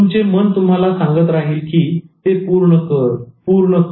तुमचे मन तुम्हाला सांगत राहील पूर्ण कर पूर्ण कर